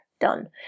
done